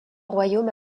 royaumes